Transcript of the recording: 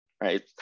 right